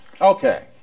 Okay